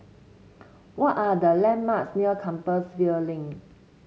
what are the landmarks near Compassvale Link